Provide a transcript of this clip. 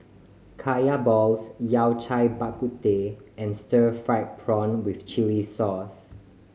Kaya balls Yao Cai Bak Kut Teh and stir fried prawn with chili sauce